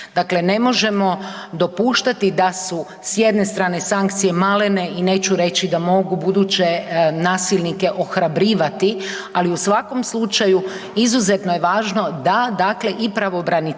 dakle ne možemo dopuštati da su s jedne strane sankcije malene i neću reći da mogu buduće nasilnike ohrabrivati, ali u svakom slučaju izuzetno je važno da dakle i pravobraniteljica